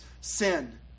sin